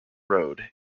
road